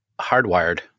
hardwired